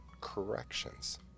corrections